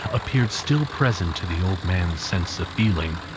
appeared still present to the old man's sense of feeling.